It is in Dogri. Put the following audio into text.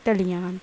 टली जान